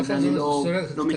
זה אני לא מכיר.